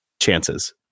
chances